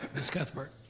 miss cuthbert.